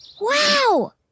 Wow